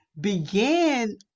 began